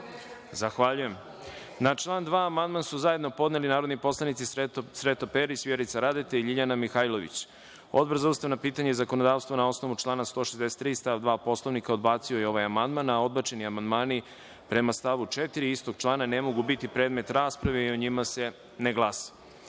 Zahvaljujem. Na član 2. amandman su zajedno podneli narodni poslanici Sreto Perić, Vjerica Radeta i LJiljana Mihajlović. Odbor za ustavna pitanja i zakonodavstvo, na osnovu člana 163. stav 2. Poslovnika, odbacio je ovaj amandman, a odbačeni amandmani prema stavu 4. istog člana, ne mogu biti predmet rasprave i o njima se ne glasa. Na